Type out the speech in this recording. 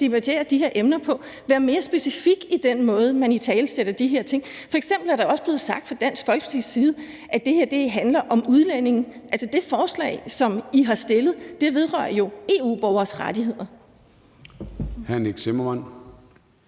debatterer de her emner på. Vær mere specifik i den måde, man italesætter de her ting på. F.eks. er der også blevet sagt fra Dansk Folkepartis side, at det her handler om udlændinge. Altså, det forslag, som I har fremsat, vedrører jo EU-borgeres rettigheder.